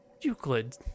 Euclid